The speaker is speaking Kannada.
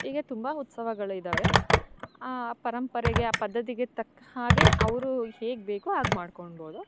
ಹೀಗೆ ತುಂಬ ಉತ್ಸವಗಳಿದಾವೆ ಆ ಪರಂಪರೆಗೆ ಆ ಪದ್ದತಿಗೆ ತಕ್ಕ ಹಾಗೆ ಅವರು ಹೇಗೆ ಬೇಕೊ ಹಾಗೆ ಮಾಡ್ಕೊನ್ಬೌದು